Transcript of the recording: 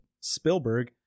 Spielberg